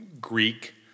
Greek